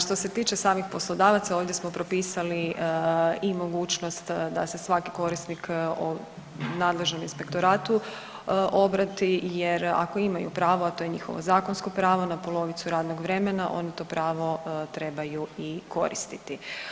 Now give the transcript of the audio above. Što se tiče samih poslodavaca ovdje smo propisali i mogućnost da se svaki korisnik nadležnom inspektoratu obrati jer ako imaju pravo, a to je njihovo zakonsko pravo na polovicu radnog vremena onda to pravo trebaju i koristiti.